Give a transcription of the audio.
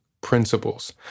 principles